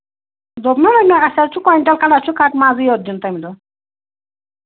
دوٚپمَے نہ مےٚ اَسہِ حظ چھُ کیِنٛٹل کھنٛڈ اَسہِ چھُ کَٹہٕ مازٕے یوت دیُن تَمہِ دۄہ